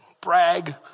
brag